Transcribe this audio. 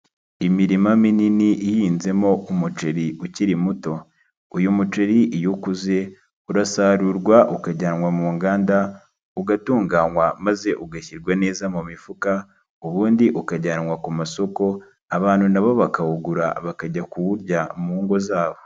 Imirima minini ihinzemo umuceri ukiri muto, uyu muceri iyo ukuze urasarurwa ukajyanwa mu nganda, ugatunganywa maze ugashyirwa neza mu mifuka, ubundi ukajyanwa ku masoko, abantu na bo bakawugura bakajya kuwurya mu ngo zabo.